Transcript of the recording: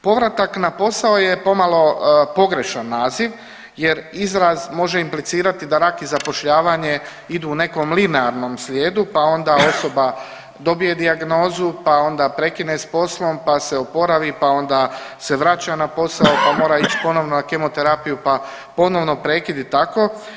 Povratak na posao je pomalo pogrešan naziv, jer izraz može implicirati da rak i zapošljavanje idu u nekom linearnom slijedu, pa onda osoba dobije dijagnozu, pa onda prekine s poslom, pa se oporavi, pa onda se vraća na posao, pa mora ići ponovno na kemoterapiju, pa ponovno prekid i tako.